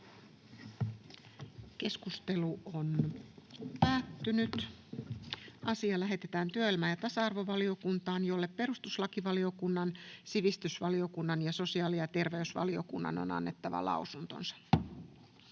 ehdottaa, että asia lähetetään työelämä- ja tasa-arvovaliokuntaan, jolle perustuslakivaliokunnan, sivistysvaliokunnan ja sosiaali- ja terveysvaliokunnan on annettava lausunto.